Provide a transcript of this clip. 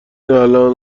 الان